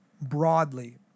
broadly